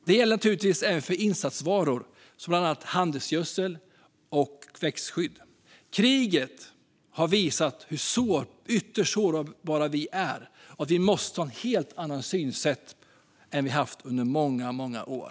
Det gäller naturligtvis även för insatsvaror som handelsgödsel och växtskydd. Kriget har visat hur ytterst sårbara vi är och att vi måste ha ett helt annat synsätt än vi har haft under många år.